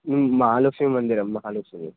महालक्ष्मीमन्दिरं Mahalakshmi